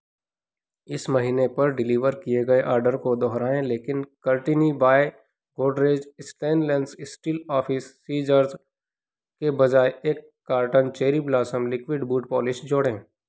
इस महीने पर डिलीवर किए गए ऑर्डर को दोहराएँ लेकिन कर्टिनि by Godrej stainless steel office scissors के बजाय एक carton cherry blossom liquid boot polish जोड़ें